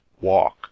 walk